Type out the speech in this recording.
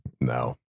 No